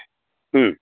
ಹ್ಞೂ